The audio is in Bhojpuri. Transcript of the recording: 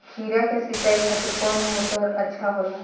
खीरा के सिचाई खातिर कौन मोटर अच्छा होला?